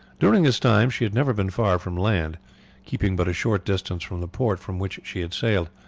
during this time she had never been far from land keeping but a short distance from the port from which she had sailed,